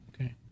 Okay